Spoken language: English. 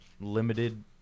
limited